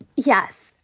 yes.